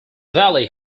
valley